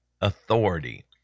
authority